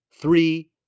Three